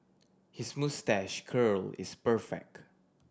his moustache curl is perfect